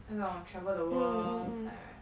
那种 travel the world sai right